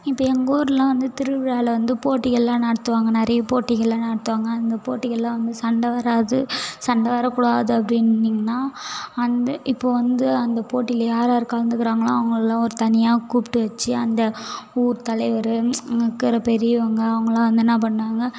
இப்ப எங்கூர்லெலாம் வந்து திருவிழாவில் வந்து போட்டிகளெலாம் நடத்துவாங்க நிறைய போட்டிகளெலாம் நடத்துவாங்க அந்த போட்டிகளெலாம் வந்து சண்டை வராது சண்டை வரக்கூடாது அப்படின்னிங்கன்னா அந்த இப்போ வந்து அந்த போட்டியில் யார் யார் கலந்துக்கிறாங்களோ அவங்களாம் ஒரு தனியாக கூப்பிட்டு வச்சி அந்த ஊர் தலைவர் அங்கே இருக்கிற பெரியவங்க அவங்களாம் வந்து என்ன பண்ணுவாங்க